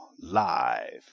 live